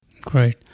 Great